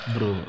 Bro